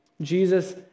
Jesus